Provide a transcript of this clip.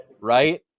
right